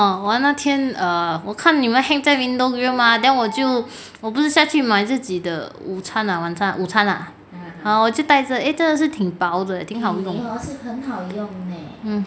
哦我那天我看你们 hang 在 window grill mah then 我就我不是下去买自己的午餐啊晚餐午餐啊我就带着 eh 真的是挺薄的挺好用的